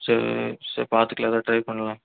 சரி சரி பாத்துக்கலாம் எதாவது ட்ரை பண்ணலாம்